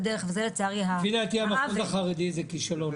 לפי דעתי המחוז החרדי זה כישלון,